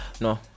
no